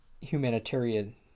humanitarian